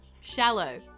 shallow